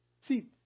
See